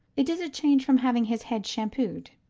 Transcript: it is a change from having his head shampooed.